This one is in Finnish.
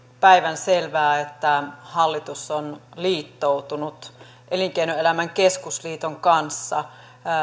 päivänselvää että hallitus on liittoutunut elinkeinoelämän keskusliiton kanssa